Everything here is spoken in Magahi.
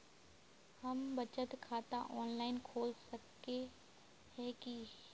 हम बचत खाता ऑनलाइन खोल सके है की?